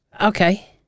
okay